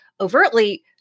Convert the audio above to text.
overtly